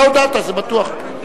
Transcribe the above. אתה הודעת, זה בטוח.